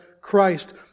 Christ